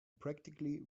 practically